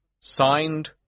Signed